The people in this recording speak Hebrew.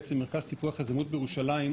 מרכז טיפוח יזמות בירושלים,